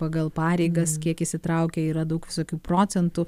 pagal pareigas kiek įsitraukia yra daug visokių procentų